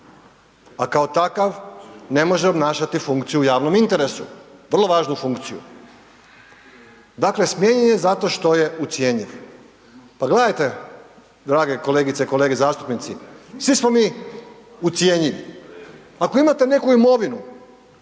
a kao takav ne može obnašati funkciju u javnom interesu, vrlo važnu funkciju. Dakle smijenjen je zato što je ucjenjiv. Pa gledajte, drage kolegice i kolege zastupnici, svi smo mi ucjenjivi. Ako imate neku imovinu